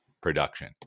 production